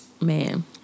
man